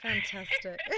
Fantastic